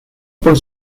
por